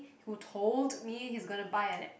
who told me he's gonna buy an